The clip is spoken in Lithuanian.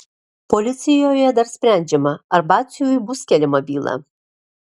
policijoje dar sprendžiama ar batsiuviui bus keliama byla